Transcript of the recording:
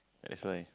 that's why